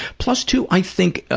plus, too, i think